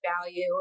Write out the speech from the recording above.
value